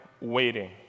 waiting